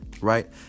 right